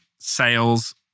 sales